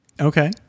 Okay